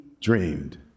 dreamed